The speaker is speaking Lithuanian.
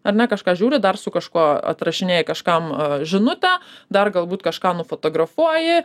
ar ne kažką žiūri dar su kažkuo atrašinėji kažkam žinutę dar galbūt kažką nufotografuoji